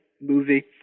movie